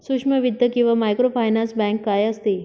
सूक्ष्म वित्त किंवा मायक्रोफायनान्स बँक काय असते?